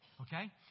Okay